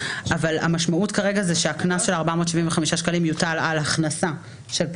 אבל המשמעות כרגע זה שהקנס של 475 ש"ח יוטל על הכנסה של פלסטיק.